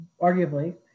arguably